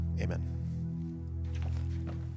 Amen